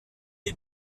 est